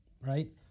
right